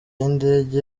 y’indege